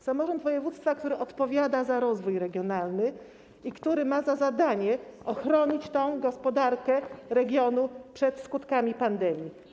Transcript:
Samorząd województwa, który odpowiada za rozwój regionalny i który ma za zadanie ochronić gospodarkę regionu przed skutkami pandemii.